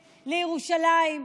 לירושלים,